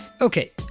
Okay